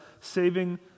saving